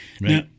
Now